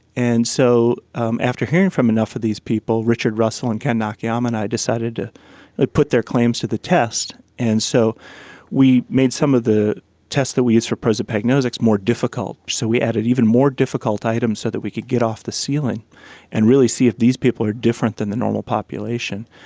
and so um after hearing from enough of these people, richard russell and ken nakayama and i decided to put their claims to the test. and so we made some of the tests that we used for prosopagnosics more difficult, so we added even more difficult items so that we could get off the ceiling and really see if these people are different from the normal population.